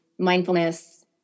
Mindfulness